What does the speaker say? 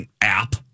app